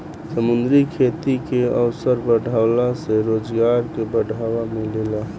समुंद्री खेती के अवसर बाढ़ला से रोजगार में बढ़ावा मिलेला